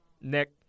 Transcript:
Nick